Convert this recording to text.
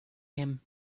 him